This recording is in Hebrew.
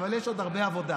אבל יש עוד הרבה עבודה.